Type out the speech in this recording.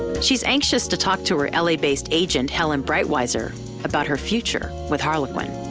she's anxious to talk to her la based agent, helen breitwieser about her future with harlequin.